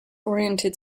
oriented